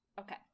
Okay